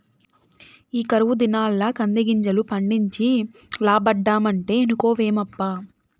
ఈ కరువు దినాల్ల కందిగింజలు పండించి లాబ్బడమంటే ఇనుకోవేమప్పా